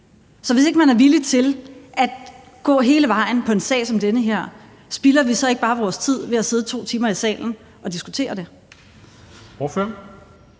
Så hvis ikke man er villig til at gå hele vejen i en sag som denne, spilder vi så ikke bare vores tid ved at sidde 2 timer i salen og diskutere det?